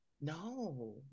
No